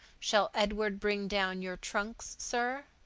shall edward bring down your trunks, sir?